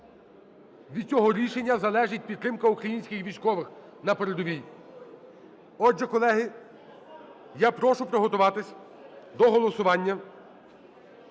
Від цього рішення залежить підтримка українських військових на передовій. Отже, колеги, я прошу приготуватись до голосування.